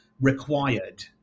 required